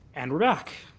and we're off.